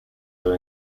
are